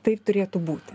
taip turėtų būti